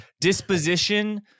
disposition